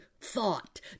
thought